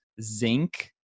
Zinc